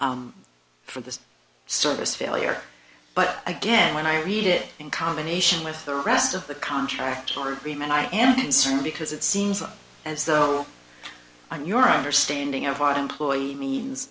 for the service failure but again when i read it in combination with the rest of the contract or agreement i am concerned because it seems as though i'm your understanding of our employee means